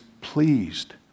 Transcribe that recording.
pleased